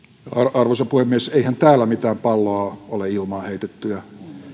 arvoisa puhemies eihän täällä mitään palloa ole ilmaan heitetty